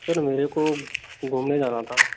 sir मेरे को घूमने जाना था